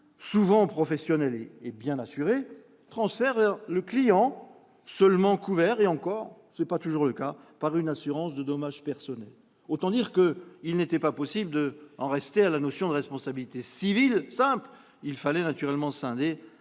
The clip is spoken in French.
souvent professionnel et bien assuré, vers son client, seulement couvert- et encore, ce n'est pas toujours le cas -par une assurance de dommages personnels. Autant dire qu'il n'était pas possible d'en rester à la notion de responsabilité civile simple. Il fallait scinder